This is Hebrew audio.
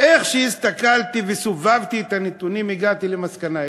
איך שהסתכלתי וסובבתי את הנתונים הגעתי למסקנה אחת,